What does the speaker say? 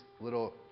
little